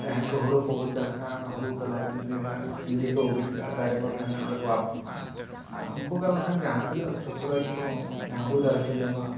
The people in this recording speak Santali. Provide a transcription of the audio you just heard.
ᱡᱟᱦᱟᱸᱭ ᱠᱚ ᱦᱩᱲᱩ ᱠᱚᱵᱚᱱ ᱪᱟᱥᱟ ᱦᱩᱲᱩ ᱛᱟᱞᱟᱨᱮ ᱡᱩᱫᱤ ᱠᱷᱩᱱᱴᱤ ᱠᱚ ᱵᱤᱫ ᱠᱟᱜᱼᱟ ᱫᱟᱨᱮ ᱠᱚ ᱛᱟᱦᱮᱱᱟ ᱚᱸᱰᱮ ᱠᱚ ᱟᱵ ᱠᱚᱜᱼᱟ ᱟᱨ ᱩᱱᱠᱩᱜᱮ ᱟᱨᱵᱟᱠᱷᱟᱱ ᱡᱟᱦᱟᱸ ᱛᱤᱱᱟᱹᱜ ᱥᱚᱥᱨᱚᱡ ᱠᱚ ᱦᱩᱲᱩ ᱫᱟᱨᱮ ᱠᱚ ᱡᱚᱢᱟ